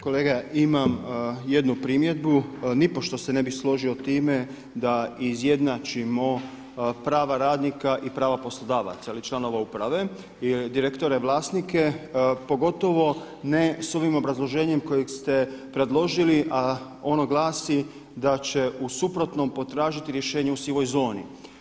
Kolega, imam jednu primjedbu, nipošto se ne bih složio time da izjednačimo prava radnika i prava poslodavaca ili članova uprave i direktore vlasnike, pogotovo ne s ovim obrazloženjem kojeg ste predložili, a ono glasi da će u suprotnom potražiti rješenje u sivoj zoni.